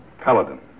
Paladin